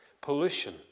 pollution